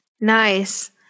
Nice